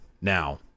Now